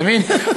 אתה מבין.